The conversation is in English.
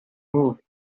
movies